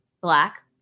black